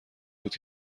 بود